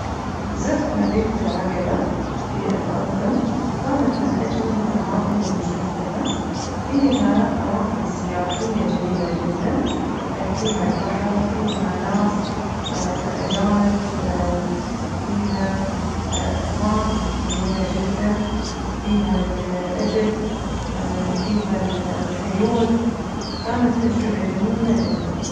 زرت مدينة العقبة في الأردن، كانت من أجمل الأماكن اللي شفتها فيها أماكن سياحية جميلة جداً فيها البحر فيها ناس أجانب فيها أسماك جميلة جداً فيها الإبل فيها ال خيول، كانت تجربة جميلة جداً.